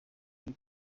kuri